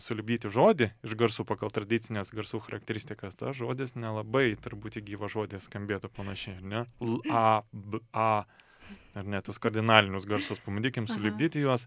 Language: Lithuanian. sulipdyti žodį iš garsų pagal tradicines garsų charakteristikas tas žodis nelabai turbūt į gyvą žodį skambėtų panašiai ar ne l a b a ar ne tuos kardinalinius garsus pabandykim sulipdyti juos